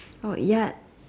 oh ya